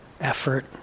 effort